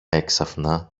έξαφνα